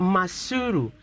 Masuru